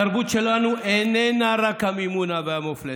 התרבות שלנו איננה רק המימונה והמופלטה.